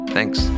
Thanks